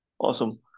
Awesome